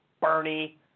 Bernie